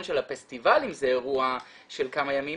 של הפסטיבל אם זה אירוע של כמה ימים,